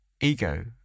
ego